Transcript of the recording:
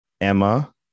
Emma